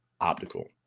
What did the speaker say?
Optical